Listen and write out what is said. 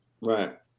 right